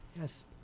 Yes